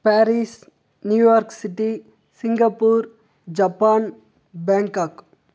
Paris New York city Singapore Japan Bangkok